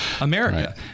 America